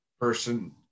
person